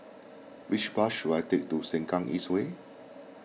which bus should I take to Sengkang East Way